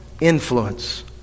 influence